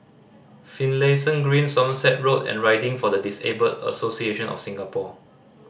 Finlayson Green Somerset Road and Riding for the Disabled Association of Singapore